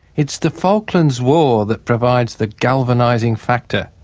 it's the falklands war that provides the galvanising factor.